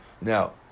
Now